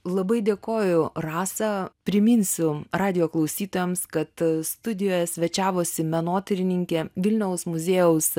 labai dėkoju rasa priminsiu radijo klausytojams kad studijoje svečiavosi menotyrininkė vilniaus muziejaus